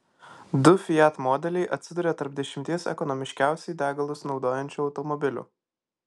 du fiat modeliai atsidūrė tarp dešimties ekonomiškiausiai degalus naudojančių automobilių